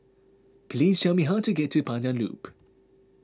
please tell me how to get to Pandan Loop